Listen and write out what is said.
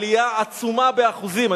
עלייה עצומה באחוזים,